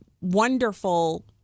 wonderful